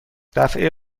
دفعه